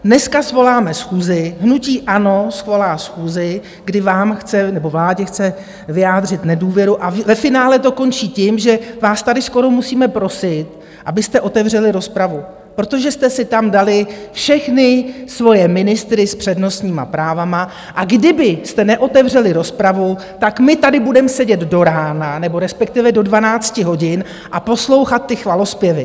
Dneska svoláme schůzi, hnutí ANO svolá schůzi, kdy vám chce, nebo vládě chce vyjádřit nedůvěru a ve finále to končí tím, že vás tady skoro musíme prosit, abyste otevřeli rozpravu, protože jste si tam dali všechny svoje ministry s přednostními právy, a kdybyste neotevřeli rozpravu, tak my tady budeme sedět do rána, nebo respektive do dvanácti hodin, a poslouchat ty chvalozpěvy.